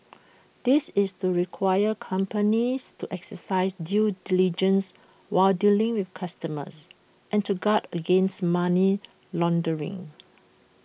this is to require companies to exercise due diligence while dealing with customers and to guard against money laundering